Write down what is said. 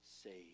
saved